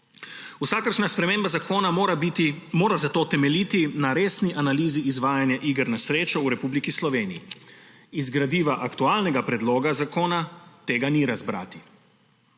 Vsakršna sprememba zakona mora zato temeljiti na resni analizi izvajanja iger na srečo v Republiki Sloveniji. Iz gradiva aktualnega predloga zakona tega ni razbrati.